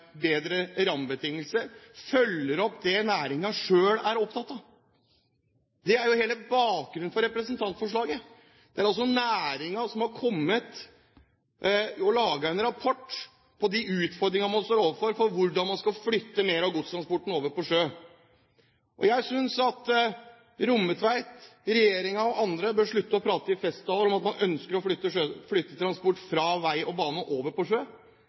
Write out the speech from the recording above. bedre rammebetingelser og følger opp det næringen selv er opptatt av! Det er jo hele bakgrunnen for representantforslaget. Det er altså næringen som har laget en rapport om de utfordringene de står overfor, hvordan de skal flytte mer av godstransporten over på sjø. Jeg synes at Rommetveit, regjeringen og andre bør slutte å prate i festtaler om at man ønsker å flytte transport fra vei og bane over til sjø.